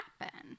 happen